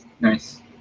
Nice